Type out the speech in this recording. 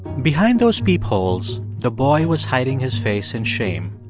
behind those peepholes, the boy was hiding his face in shame.